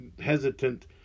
hesitant